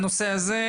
הנושא הזה,